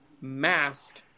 mask